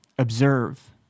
observe